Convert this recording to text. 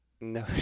No